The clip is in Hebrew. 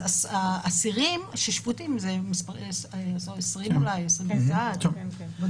אז האסירים השפוטים הם אולי 20. תודה.